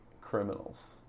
criminals